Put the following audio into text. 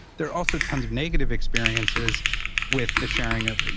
there are also tons of negative experiences with the sharing of,